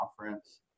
conference